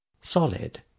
solid